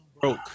broke